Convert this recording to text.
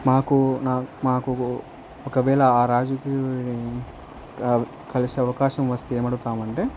మాకు మాకు ఒకవేళ ఆ రాజకీయ నాయకుడిని కలిసే అవకాశం వస్తే ఏమి అడుగుతామంటే